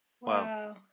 Wow